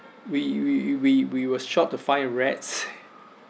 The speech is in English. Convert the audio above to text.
we we we we were shocked to find rats